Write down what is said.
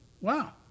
Wow